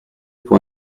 pour